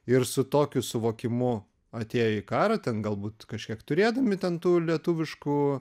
ir su tokiu suvokimu atėjo į karą ten galbūt kažkiek turėdami ten tų lietuviškų